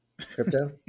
Crypto